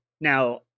Now